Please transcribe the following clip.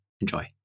Enjoy